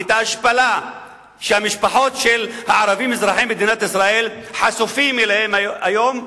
את ההשפלה שהמשפחות של הערבים אזרחי מדינת ישראל חשופים אליהם היום,